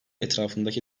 etrafındaki